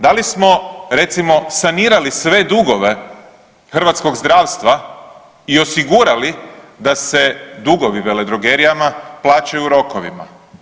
Da li smo recimo sanirali sve dugove hrvatskog zdravstva i osigurali da se dugovi veledrogerijama plaćaju u rokovima?